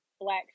Black